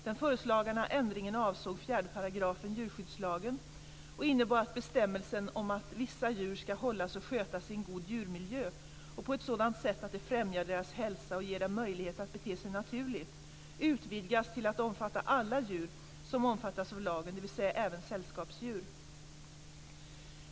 Den föreslagna ändringen avsåg 4 § djurskyddslagen och innebar att bestämmelsen om att vissa djur ska hållas och skötas i en god djurmiljö och på ett sådant sätt att det främjar deras hälsa och ger dem möjlighet att bete sig naturligt utvidgas till att omfatta alla djur som omfattas av lagen, dvs. även sällskapsdjur.